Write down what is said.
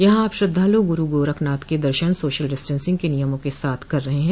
यहां अब श्रद्वालु गुरू गोरखनाथ के दर्शन सोशल डिस्टेंसिंग के नियमो के साथ कर रहे हैं